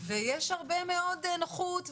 ויש הרבה מאד נוחות.